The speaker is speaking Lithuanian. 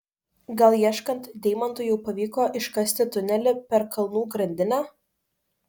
gal ieškant deimantų jau pavyko iškasti tunelį per kalnų grandinę